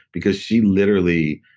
because she literally,